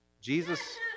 Jesus